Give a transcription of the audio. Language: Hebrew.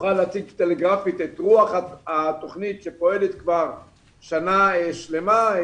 יוכל להציג טלגרפית את רוח התוכנית שפועלת כבר שנה שלמה.